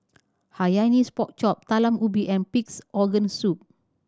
Hainanese Pork Chop Talam Ubi and Pig's Organ Soup